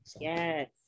yes